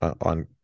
on